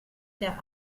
der